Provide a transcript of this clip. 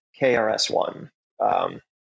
KRS-One